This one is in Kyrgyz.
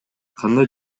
кандай